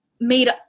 made